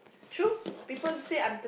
true people say I'm